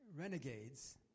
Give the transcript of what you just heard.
Renegades